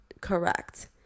correct